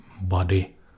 body